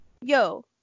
Yo